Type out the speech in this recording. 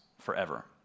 forever